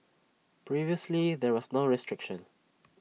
previously there was no restriction